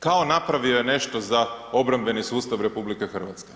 Kao napravio je nešto za obrambeni sustav RH.